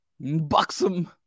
Buxom